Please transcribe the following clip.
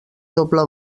doble